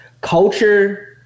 culture